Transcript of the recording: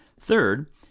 Third